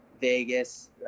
Vegas